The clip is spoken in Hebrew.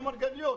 במרגליות.